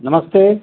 नमस्ते